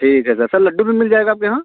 ठीक है sir sir laddoo भी मिल जाएगा आपके यहाँ